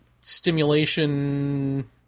stimulation